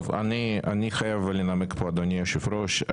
טוב, אני חייב לנמק פה, אדוני היושב ראש.